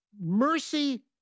mercy